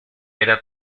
era